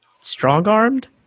strong-armed